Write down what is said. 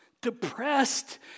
depressed